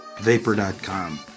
Vapor.com